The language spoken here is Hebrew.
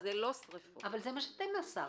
זה מה שאתם מסרתם.